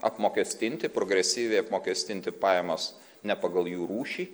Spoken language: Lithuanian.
apmokestinti progresyviai apmokestinti pajamas ne pagal jų rūšį